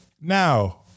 Now